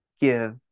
give